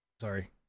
Sorry